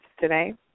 today